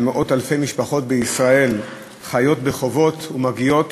מאות אלפי משפחות בישראל חיות בחובות ומגיעות